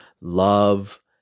love